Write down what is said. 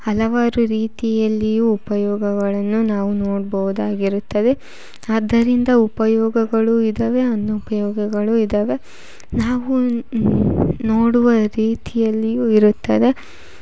ಹಲವಾರು ರೀತಿಯಲ್ಲಿಯೂ ಉಪಯೋಗಗಳನ್ನು ನಾವು ನೋಡ್ಬಹುದಾಗಿರುತ್ತದೆ ಆದ್ದರಿಂದ ಉಪಯೋಗಗಳು ಇದ್ದಾವೆ ಅನುಪಯೋಗಗಳು ಇದ್ದಾವೆ ನಾವು ನೋಡುವ ರೀತಿಯಲ್ಲಿಯೂ ಇರುತ್ತದೆ